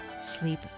Sleep